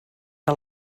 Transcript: que